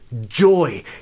Joy